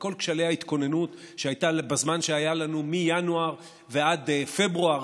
בכל כשלי ההתכוננות שהייתה בזמן שהיה לנו מינואר ועד פברואר,